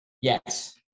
Yes